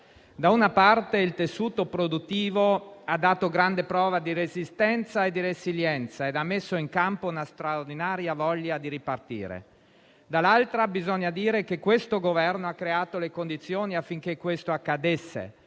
Da una parte, il tessuto produttivo ha dato grande prova di resistenza e di resilienza e ha messo in campo una straordinaria voglia di ripartire; dall'altra, bisogna dire che questo Governo ha creato le condizioni affinché ciò accadesse,